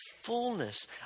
fullness